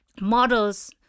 models